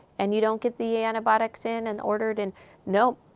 and you don't get the antibiotics in and ordered. and nope.